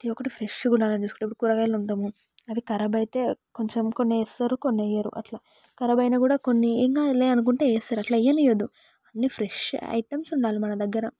ప్రతి ఒక్కటి ఫ్రెష్గా ఉండాలని చూసుకుంటాము ఇప్పుడు కూరగాయలు అంటాము అవి ఖరాబ్ అయితే కొంచెం కొన్ని వేస్తారు కొన్ని వేయరు అట్లా ఖరాబ్ అయినా కూడా కొన్ని ఏం కాదులే అనుకుంటూ వేస్తారు అట్లా వేయనీయొద్దు అన్నీ ఫ్రెష్ ఐటమ్స్ ఉండాలి మన దగ్గర